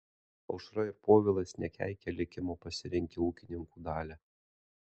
aušra ir povilas nekeikia likimo pasirinkę ūkininkų dalią